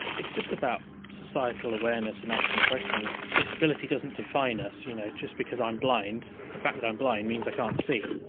it's just about societal awareness and asking questions. disability doesn't define us, you know, just because i'm blind, the fact that i'm blind means i can't see,